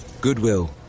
Goodwill